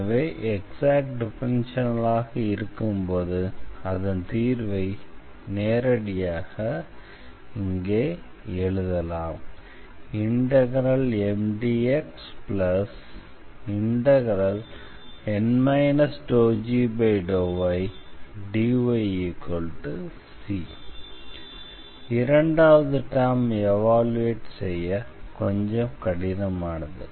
எனவே exact differential ஈக்வேஷனாக இருக்கும்போது அதன் தீர்வை இங்கே நேரடியாக எழுதலாம் MdxN ∂g∂ydyc இரண்டாவது டெர்ம் எவாலுயேட் செய்ய கொஞ்சம் கடினமானது